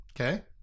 okay